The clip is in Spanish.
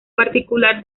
particular